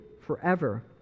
forever